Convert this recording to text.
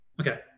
okay